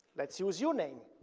let's use your name.